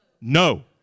No